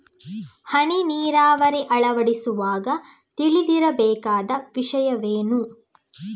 ಹನಿ ನೀರಾವರಿ ಅಳವಡಿಸುವಾಗ ತಿಳಿದಿರಬೇಕಾದ ವಿಷಯವೇನು?